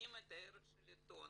ומבינים את הערך של העיתון.